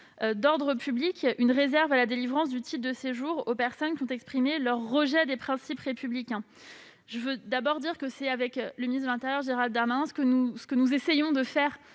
d'ordre public, une réserve à la délivrance du titre de séjour aux personnes qui ont exprimé leur rejet des principes républicains. Je veux d'abord dire que c'est ce que le ministre de l'intérieur, Gérald Darmanin, et moi-même essayons de mettre